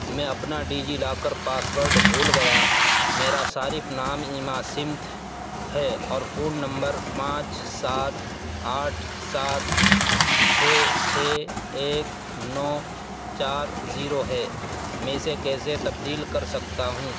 میں اپنا DigiLocker password بھول گیا میرا صارف نام ایما سمتھ ہے اور فون نمبر پانچ سات آٹھ سات چھ چھ ایک نو چار زیرو ہے میں اسے کیسے تبدیل کر سکتا ہوں